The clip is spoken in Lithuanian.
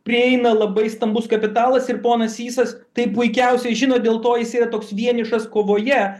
prieina labai stambus kapitalas ir ponas sysas tai puikiausiai žino dėl to jis yra toks vienišas kovoje